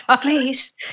please